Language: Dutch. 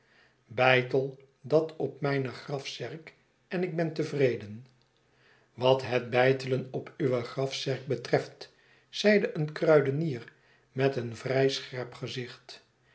beitel dat op mijne grafzerk en ik ben tevreden wat het beitelen op uwe grafzerk betreft zeide een kruidenier met een vrij scherp gezicht